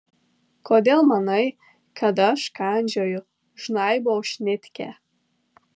kodėl manai kad aš kandžioju žnaibau šnitkę